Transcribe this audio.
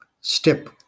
step